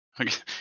Okay